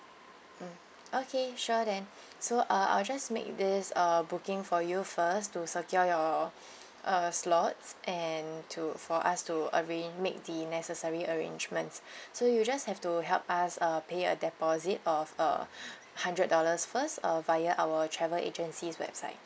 mm okay sure then so uh I'll just make this uh booking for you first to secure your uh slots and to for us to arrange make the necessary arrangements so you just have to help us uh pay a deposit of a hundred dollars first uh via our travel agency's website